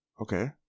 Okay